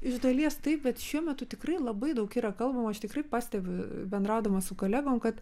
iš dalies taip bet šiuo metu tikrai labai daug yra kalbama aš tikrai pastebiu bendraudama su kolegom kad